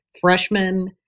freshman